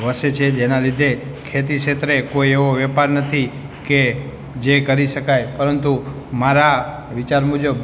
વસે છે જેના લીધે ખેતી ક્ષેત્રે કોઈ એવો વ્યાપાર નથી કે જે કરી શકાય પરંતુ મારા વિચાર મુજબ